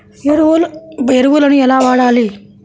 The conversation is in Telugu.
ఎరువులను ఎలా వాడాలి?